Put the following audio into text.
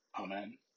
Amen